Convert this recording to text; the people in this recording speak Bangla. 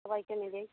সবাইকে মিলে